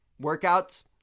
workouts